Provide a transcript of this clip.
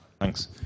Thanks